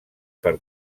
per